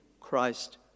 Christ